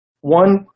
One